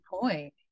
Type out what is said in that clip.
point